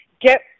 get